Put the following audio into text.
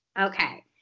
Okay